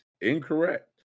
incorrect